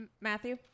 Matthew